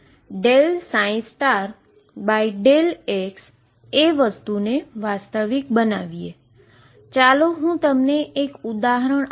તો આપણે ψ∂x એ વસ્તુને રીઅલ બનાવવી છે ચાલો હું તમને એક ઉદાહરણ આપું